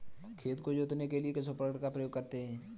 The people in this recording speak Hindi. खेत को जोतने के लिए किस उपकरण का उपयोग करते हैं?